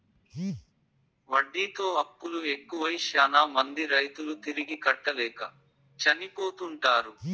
వడ్డీతో అప్పులు ఎక్కువై శ్యానా మంది రైతులు తిరిగి కట్టలేక చనిపోతుంటారు